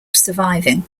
surviving